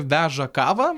veža kavą